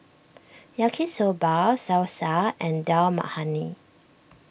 Yaki Soba Salsa and Dal Makhani